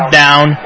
down